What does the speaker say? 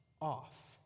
off